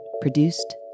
produced